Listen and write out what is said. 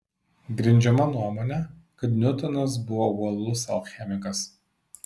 grindžiama nuomone kad niutonas buvo uolus alchemikas